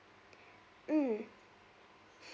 mm